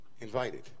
invited